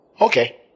Okay